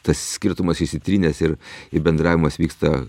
tas skirtumas išsitrynęs ir ir bendravimas vyksta